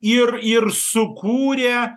ir ir sukūrė